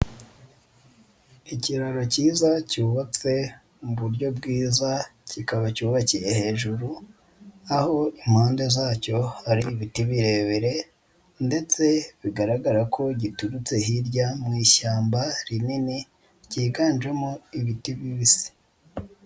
Ikiraro cyiza cyubatse mu buryo bwiza kikaba cyubakiye hejuru, aho impande zacyo hari ibiti birebire ndetse bigaragara ko giturutse hirya mu ishyamba rinini ryiganjemo ibiti bibisi.